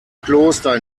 kloster